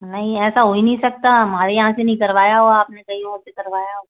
नहीं ऐसा हो ही नहीं सकता हमारे यहाँ से नहीं करवाया ओ आप ने कहीं और से करवाया